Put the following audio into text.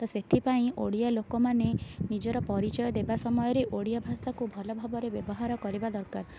ତ ସେଥିପାଇଁ ଓଡ଼ିଆ ଲୋକମାନେ ନିଜର ପରିଚୟ ଦେବା ସମୟରେ ଓଡ଼ିଆଭାଷାକୁ ଭଲଭାବରେ ବ୍ୟବହାର କରିବା ଦରକାର